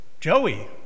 Joey